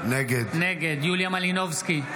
נגד יוליה מלינובסקי,